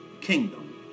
Kingdom